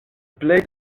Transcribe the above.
plej